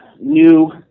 new